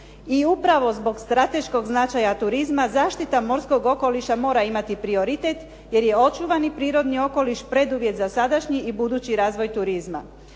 I upravo zbog strateškog značaja turizma zaštita morskog okoliša mora imati prioritet jer je očuvani prirodni okoliš preduvjet za sadašnji i budući razvoj turizma.